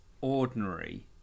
ordinary